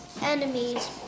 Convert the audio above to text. enemies